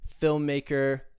filmmaker